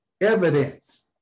evidence